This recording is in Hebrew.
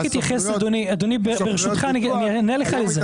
אדוני, אני אענה לך על זה.